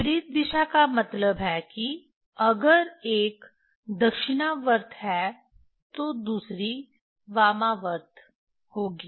विपरीत दिशा का मतलब है कि अगर एक दक्षिणावर्त है तो दूसरी वामावर्त होगी